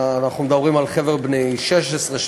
אנחנו מדברים על חבר'ה בני 17-16